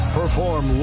perform